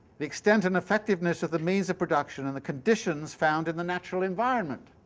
the extent and effectiveness of the means of production, and the conditions found in the natural environment.